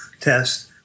test